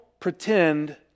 Pretend